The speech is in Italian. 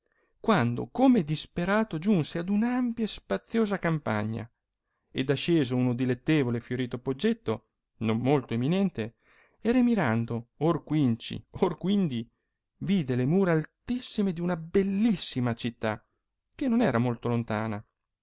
quando come desperato giunse ad un ampia e spazioza campagna ed asceso un dilettevole e fiorito poggetto non molto eminente e remirando or quinci or quindi vide le mura altissime di una bellissima città che non era molto lontana